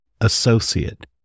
associate